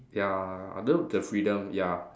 ya I love the freedom ya